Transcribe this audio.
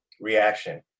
reaction